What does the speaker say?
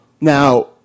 Now